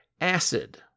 acid